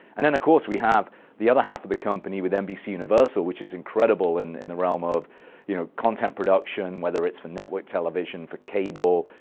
and then, of course, we have the other half of the company with nbc universal, which is incredible and in the realm of you know content production, whether it's for network television, for cable,